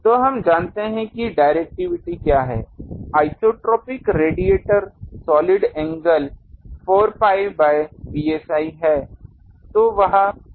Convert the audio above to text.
तो हम जानते हैं कि डिरेक्टिविटी क्या है isotropic radiator solid angle 4 pi by psi है